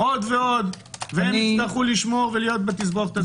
והם יצטרכו לשמור ולהיות בתסבוכת הזאת.